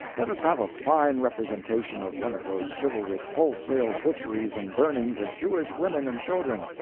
let us have a fine representation of one of those chivalrous wholesale butcheries and burnings of jewish women and children,